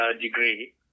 degree